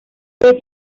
fue